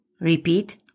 Repeat